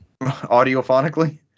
audiophonically